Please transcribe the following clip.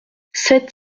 sept